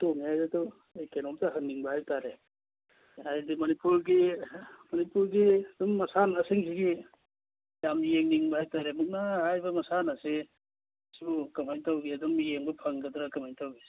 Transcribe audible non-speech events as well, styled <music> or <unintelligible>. <unintelligible> ꯑꯩ ꯀꯩꯅꯣꯝꯇ ꯍꯪꯅꯤꯡꯕ ꯍꯥꯏꯕꯇꯔꯦ ꯍꯥꯏꯗꯤ ꯃꯅꯤꯄꯨꯔꯒꯤ ꯃꯅꯤꯄꯨꯔꯒꯤ ꯑꯗꯨꯝ ꯃꯁꯥꯟꯅꯁꯤꯡꯁꯤꯒꯤ ꯌꯥꯝ ꯌꯦꯡꯅꯤꯡꯕ ꯍꯥꯏꯕꯇꯔꯦ ꯃꯨꯛꯅꯥ ꯍꯥꯏꯕ ꯃꯁꯥꯟꯅꯁꯤ ꯁꯤꯕꯨ ꯀꯃꯥꯏ ꯇꯧꯒꯦ ꯑꯗꯨꯝ ꯌꯦꯡꯕ ꯐꯪꯒꯗ꯭ꯔ ꯀꯃꯥꯏ ꯇꯧꯏ